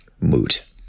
moot